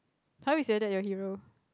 how you selected your hero